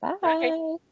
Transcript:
Bye